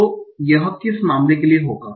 तो यह किस मामले के लिए होगा